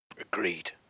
Agreed